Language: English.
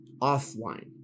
offline